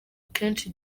kenshi